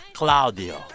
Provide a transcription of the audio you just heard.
Claudio